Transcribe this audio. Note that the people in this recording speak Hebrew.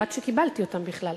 עד שקיבלתי אותם בכלל,